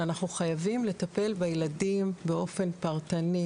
שאנחנו חייבים לטפל בילדים באופן פרטני,